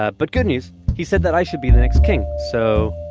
ah but good news! he said that i should be the next king. so.